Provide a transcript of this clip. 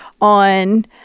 on